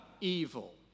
evil